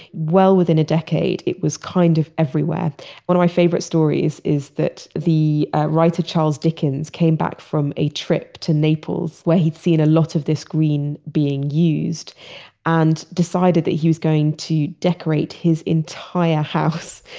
well, within a decade, it was kind of everywhere one of my favorite stories is that the writer charles dickens came back from a trip to naples where he'd seen a lot of this green being used and decided that he was going to decorate his entire house,